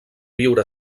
viure